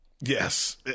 Yes